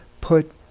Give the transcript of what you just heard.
put